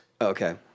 Okay